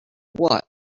what